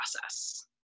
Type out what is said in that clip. process